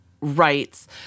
rights